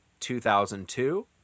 2002